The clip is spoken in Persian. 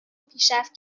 پیشرفت